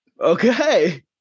okay